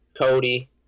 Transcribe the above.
Cody